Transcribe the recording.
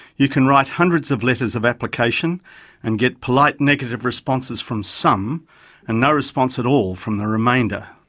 you can write hundreds of letters of application and get polite negative responses from some and no response at all from the remainder.